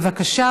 בבקשה,